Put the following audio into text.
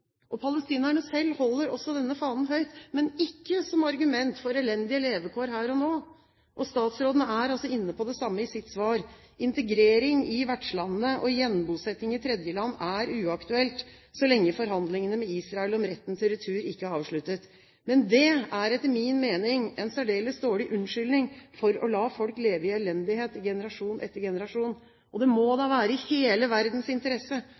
tilbake. Palestinerne selv holder også denne fanen høyt, men ikke som argument for elendige levekår her og nå. Statsråden er inne på det samme i sitt svar. Integrering i vertslandene og gjenbosetting i tredjeland er uaktuelt så lenge forhandlingene med Israel om retten til retur ikke er avsluttet. Men det er etter min mening en særdeles dårlig unnskyldning for å la folk leve i elendighet i generasjon etter generasjon. Det må da være i hele verdens interesse